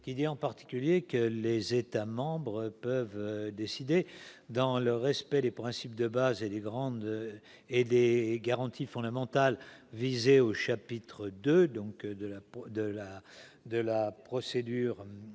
qui prévoit, en particulier, que les États membres peuvent décider, dans le respect des principes de base et des garanties fondamentales visés au chapitre II, de traiter en procédure